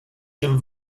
dem